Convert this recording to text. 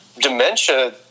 dementia